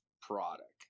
product